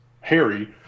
Harry